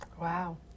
Wow